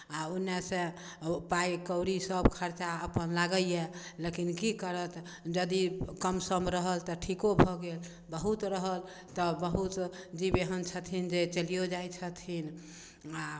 आ ओन्ने से पाइ कौड़ी सब खर्चा अपन लागैये लेकिन की करत जदी कम सम रहल तऽ ठीको भऽ गेल बहुत रहल तऽ बहुत जीब एहन छथिन जे चलियौ जाइ छथिन आ